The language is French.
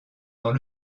dans